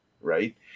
right